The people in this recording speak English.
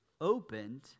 opened